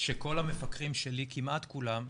שכל המפקחים שלי, כמעט כולם,